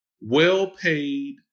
well-paid